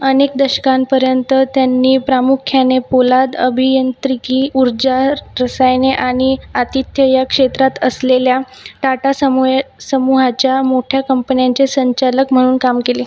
अनेक दशकांपर्यंत त्यांनी प्रामुख्याने पोलाद अभियंत्रिकी उर्जा रसायने आणि आतिथ्य या क्षेत्रात असलेल्या टाटा समूय समूहाच्या मोठ्या कंपन्यांचे संचालक म्हणून काम केले